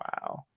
Wow